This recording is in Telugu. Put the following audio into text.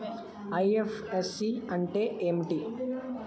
ఐ.ఎఫ్.ఎస్.సి అంటే ఏమిటి?